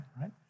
right